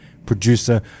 producer